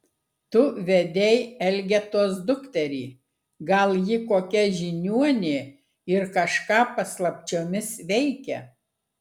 tu vedei elgetos dukterį gal ji kokia žiniuonė ir kažką paslapčiomis veikia